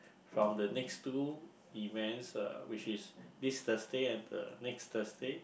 from the next two events uh which is this Thursday and the next Thursday